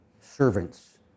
servants